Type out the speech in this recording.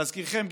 להזכירכם,